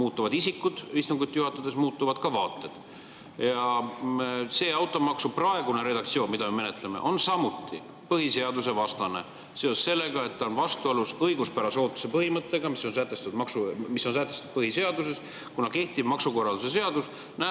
muutuvad istungit juhatavad isikud, muutuvad ka vaated. Automaksu praegune redaktsioon, mida me menetleme, on samuti põhiseadusvastane seoses sellega, et see on vastuolus õiguspärase ootuse põhimõttega, mis on sätestatud põhiseaduses, kuna kehtiv maksukorralduse seadus